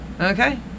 Okay